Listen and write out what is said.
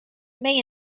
may